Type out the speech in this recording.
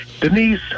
Denise